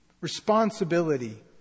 responsibility